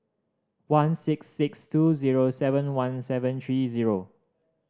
one six six two zero seven one seven three zero